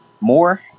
more